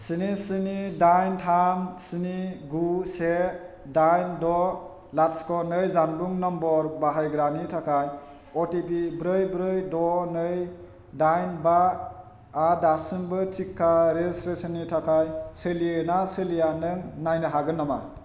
स्नि स्नि दाइन थाम स्नि गु से दाइन द' लाथिख' नै जानबुं नम्बर बाहायग्रानि थाखाय अटिपि ब्रै ब्रै द' नै दाइन बाआ दासिमबो टिका रेजिसट्रेसननि थाखाय सोलियो ना सोलिया नों नायनो हागोन नामा